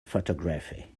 photography